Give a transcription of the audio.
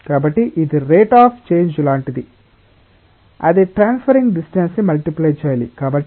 కాబట్టి ఇది rate of change లాంటిది అది ట్రవెర్సింగ్ డిస్టెన్స్ ని మల్టిప్లయ్ చేయాలి